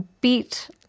beat